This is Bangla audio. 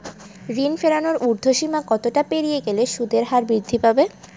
ঋণ ফেরানোর উর্ধ্বসীমা কতটা পেরিয়ে গেলে সুদের হার বৃদ্ধি পাবে?